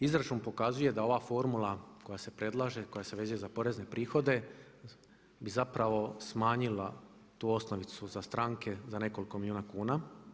Izračun pokazuje da ova formula koja se predlaže, koja se vezuje za porezne prihode bi zapravo smanjila tu osnovicu za stranke za nekoliko milijuna kuna.